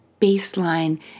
baseline